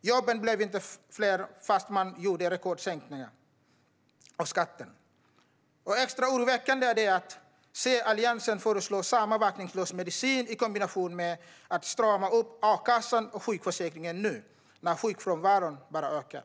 Jobben blev inte fler, trots att man gjorde rekordstora sänkningar av skatterna. Extra oroväckande är det att se Alliansen föreslå samma verkningslösa medicin i kombination med uppstramningar av a-kassan och sjukförsäkringen nu när sjukfrånvaron bara ökar.